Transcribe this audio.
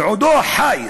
בעודו חי.